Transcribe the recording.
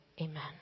Amen